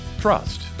Trust